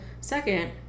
Second